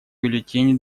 бюллетени